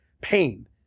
pain